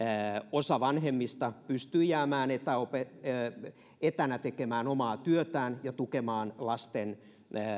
osa vanhemmista pystyi jäämään etänä tekemään omaa työtään ja tukemaan lasten